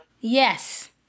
Yes